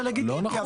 זה לגיטימי,